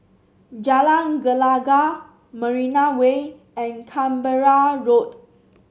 Jalan Gelegar Marina Way and Canberra Road